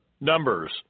Numbers